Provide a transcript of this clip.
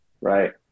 right